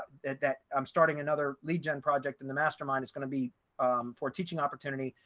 that that i'm starting another lead gen project, and the mastermind is going to be for teaching opportunity.